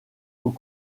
aux